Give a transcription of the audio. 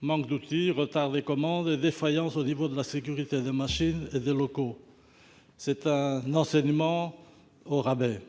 manque d'outils, retard des commandes et défaillances du point de vue de la sécurité des machines et des locaux ; c'est un enseignement au rabais.